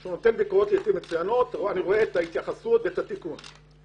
הוא נותן ביקורות מצוינות ואני רואה את ההתייחסות ואת התיקון.